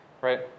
right